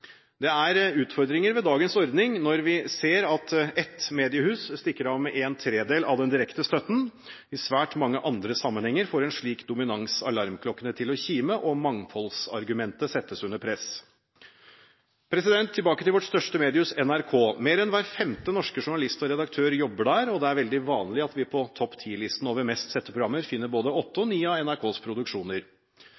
Det er utfordringer ved dagens ordning når vi ser at ett mediehus stikker av med en tredjedel av den direkte støtten. I svært mange andre sammenhenger får en slik dominans alarmklokkene til å kime, og mangfoldsargumentet settes under press. Tilbake til vårt største mediehus, NRK. Mer enn hver femte norske journalist og redaktør jobber der, og det er veldig vanlig at vi på topp ti-listen over mest sette programmer finner både åtte